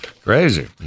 Crazy